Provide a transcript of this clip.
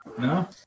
no